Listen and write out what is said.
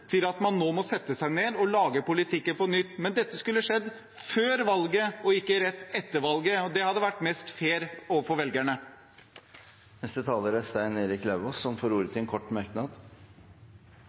til at man nå må sette seg ned og lage politikken på nytt. Men dette skulle ha skjedd før valget, ikke rett etter valget – det hadde vært mest fair overfor velgerne. Representanten Stein Erik Lauvås har hatt ordet to ganger tidligere og får ordet